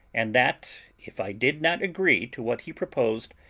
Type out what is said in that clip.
and that, if i did not agree to what he proposed,